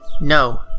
no